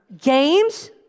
games